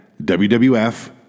WWF